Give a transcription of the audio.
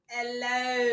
Hello